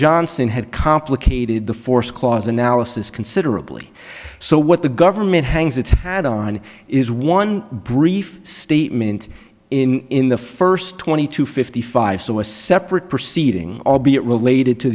johnson had complicated the force clause analysis considerably so what the government hangs its had on is one brief statement in the first twenty two fifty five so a separate proceeding albeit related to